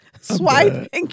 swipe